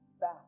back